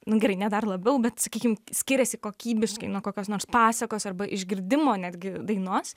nu gerai ne dar labiau bet sakykim skiriasi kokybiškai nuo kokios nors pasakos arba išgirdimo netgi dainos